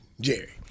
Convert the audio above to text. Jerry